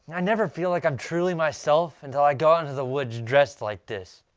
i never feel like i'm truly myself until i go out into the woods dressed like this.